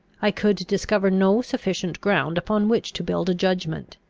i could discover no sufficient ground upon which to build a judgment.